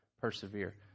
persevere